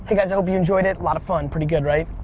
but guys. hope you enjoyed it. lot of fun, pretty good, right?